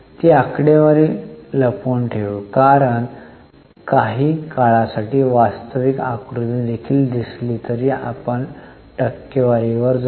ती आकडेवारी लपवून ठेवू कारण काही काळासाठी वास्तविक आकृती देखील दिसली तर आपण टक्केवारीवर जाऊ